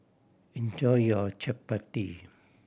enjoy your chappati